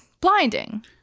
blinding